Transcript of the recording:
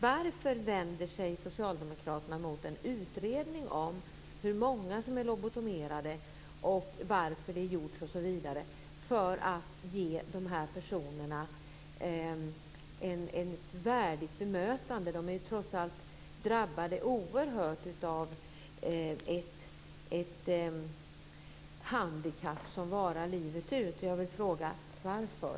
Varför vänder sig socialdemokraterna mot en utredning om hur många som är lobotomerade, om varför det gjorts osv.; detta för att ge de här personerna ett värdigt bemötande? De är ju trots allt oerhört drabbade av ett handikapp som varar livet ut. Jag frågar alltså: Varför?